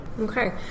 okay